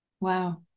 wow